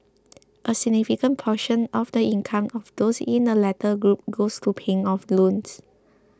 a significant portion of the income of those in the latter group goes to paying off loans